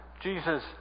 Jesus